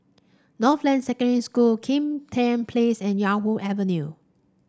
Northland Secondary School Kim Tian Place and Yarwood Avenue